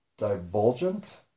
divulgent